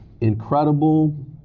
incredible